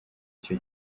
icyo